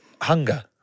hunger